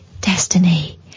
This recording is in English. Destiny